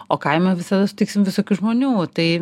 o kaime visada sutiksim visokių žmonių tai